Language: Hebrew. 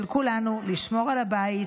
של כולנו, לשמור על הבית,